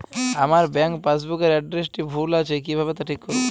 আমার bank passbook এর এড্রেসটি ভুল আছে কিভাবে তা ঠিক করবো?